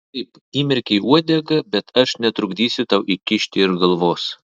taip įmerkei uodegą bet aš netrukdysiu tau įkišti ir galvos